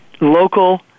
local